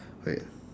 wait